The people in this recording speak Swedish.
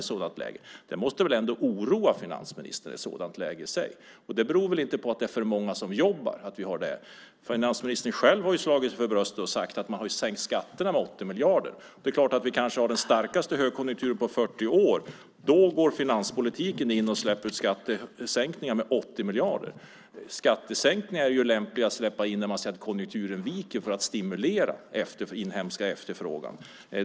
Ett sådant läge måste väl ändå oroa finansministern, och det beror väl inte på att det är för många som jobbar. Finansministern själv har slagit sig för bröstet och sagt att man har sänkt skatterna med 80 miljarder. Vi kanske har den starkaste högkonjunkturen på 40 år, och då går finanspolitiken in och släpper skattesänkningar med 80 miljarder. Skattesänkningar är ju lämpliga att släppa in när konjunkturen viker för att stimulera den inhemska efterfrågan.